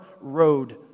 road